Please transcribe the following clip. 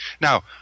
Now